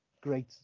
great